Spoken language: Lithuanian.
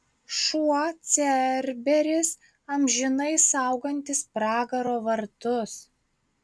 šuo cerberis amžinai saugantis pragaro vartus